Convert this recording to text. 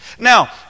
Now